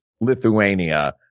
Lithuania